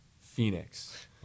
Phoenix